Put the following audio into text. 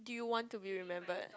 do you want to be remembered